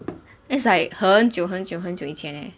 that's like 很久很久很久以前 eh